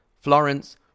Florence